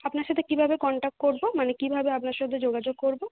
আপনার সাথে কীভাবে কন্টাক্ট করবো মানে কীভাবে আপনার সাথে যোগাযোগ করবো